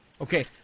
Okay